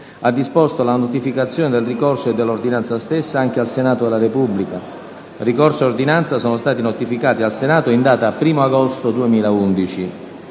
ha disposto la notificazione del ricorso e dell'ordinanza stessa anche al Senato della Repubblica. Ricorso e ordinanza sono stati notificati al Senato in data 1° agosto 2011.